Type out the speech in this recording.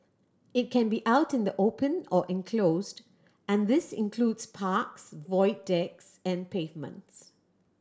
it can be out in the open or enclosed and this includes parks void decks and pavements